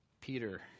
Peter